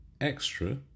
extra